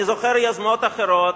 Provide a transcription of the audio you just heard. אני זוכר יוזמות אחרות,